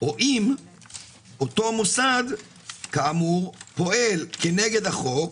או אם אותו מוסד כאומר פועל כנגד החוק,